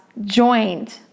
joined